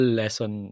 lesson